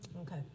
Okay